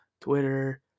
Twitter